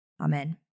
Amen